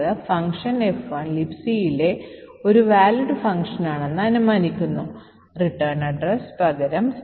അതിനാൽ mian ഇൽ ഉള്ള സ്കാൻ നിർദ്ദേശത്തിനുശേഷം ഉടൻ തന്നെ വിലാസവുമായി പൊരുത്തപ്പെടുന്ന റിട്ടേൺ അഡ്രസ് സ്റ്റാക്കിലേക്ക് പുഷ് ചെയ്യുന്നു